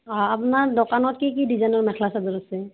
অঁ আপোনাৰ দোকানত কি কি ডিজাইনৰ মেখেলা চাদৰ আছে